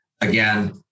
again